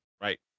right